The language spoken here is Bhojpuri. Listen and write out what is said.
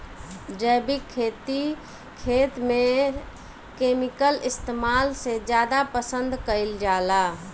जैविक खेती खेत में केमिकल इस्तेमाल से ज्यादा पसंद कईल जाला